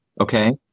okay